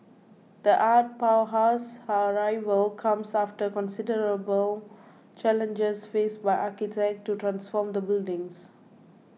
the art powerhouse's arrival comes after considerable challenges faced by architects to transform the buildings